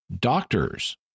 Doctors